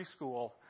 preschool